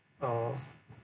oh